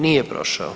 Nije prošao.